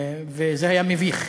וזה היה מביך.